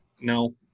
no